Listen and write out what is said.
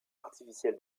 artificiel